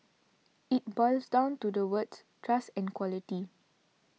it boils down to the words trust and quality